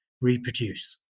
reproduce